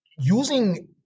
using